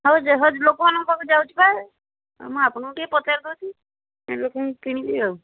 ହଉ ଯେ ହଉ ଲୋକମାନଙ୍କ ପାଖକୁ ଯାଉଛି ପା ମୁଁ ଆପଣଙ୍କୁ ଟିକେ ପଚାରି ଦେଉଛି କିଣିଲେ କି କିଣିବି ଆଉ